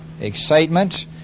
excitement